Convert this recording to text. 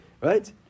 Right